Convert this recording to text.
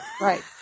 Right